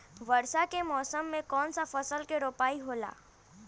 वर्षा के मौसम में कौन सा फसल के रोपाई होला?